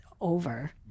over